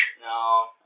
No